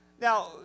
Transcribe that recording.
now